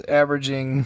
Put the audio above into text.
averaging